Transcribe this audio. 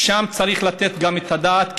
שם צריך לתת גם את הדעת,